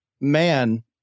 man